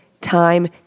time